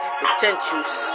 potentials